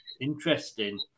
Interesting